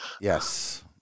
Yes